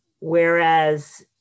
whereas